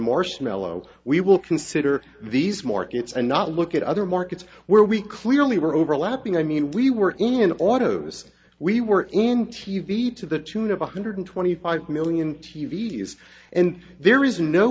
marshmallow we will consider these markets and not look at other markets where we clearly were overlapping i mean we were in autos we were in t v to the tune of one hundred twenty five million t v s and there is no